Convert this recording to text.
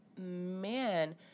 Man